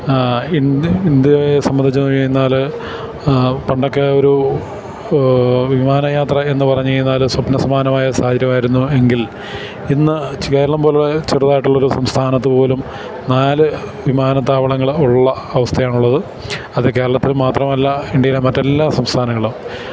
ഇന്ത്യയെ സംബന്ധിച്ച് കഴിഞ്ഞാല് പണ്ടൊക്കെ ഒരു വിമാനയാത്രയെന്ന് പറഞ്ഞുകഴിഞ്ഞാല് സ്വപ്നസമാനമായ സാഹചര്യമായിരുന്നുവെങ്കിൽ ഇന്ന് കേരളം പോലെ ചെറുതായിട്ടുള്ളൊരു സംസ്ഥാനത്ത് പോലും നാല് വിമാനത്താവളങ്ങളുള്ള അവസ്ഥയാണുള്ളത് അത് കേരളത്തിൽ മാത്രമല്ല ഇന്ത്യയിലെ മറ്റെല്ലാ സംസ്ഥാനങ്ങളിലും